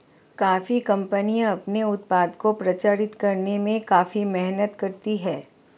coffee कंपनियां अपने उत्पाद को प्रचारित करने में काफी मेहनत करती हैं